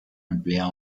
emplea